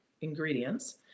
ingredients